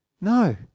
No